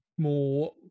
more